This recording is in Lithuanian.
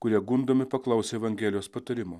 kurie gundomi paklausė evangelijos patarimo